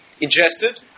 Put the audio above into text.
ingested